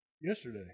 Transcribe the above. yesterday